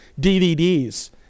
DVDs